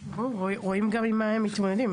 גם רואים עם מה הם מתמודדים,